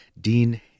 Dean